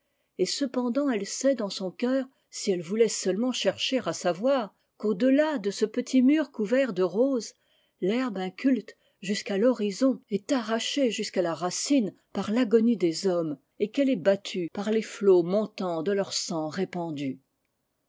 et cependant elle sait dans son cœur si elle voulait seulement cher cher à savoir qu'au delà de ce petit mur couvert de roses l'herbe inculte jusqu'à l'horizon est arrachée jusqu'à la racine par l'agonie des hommes et qu'elle est battue par les flots montants de leur sang répandu